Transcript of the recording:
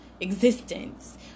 existence